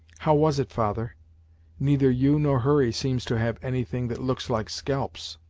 how was it, father neither you nor hurry seems to have any thing that looks like scalps.